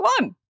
one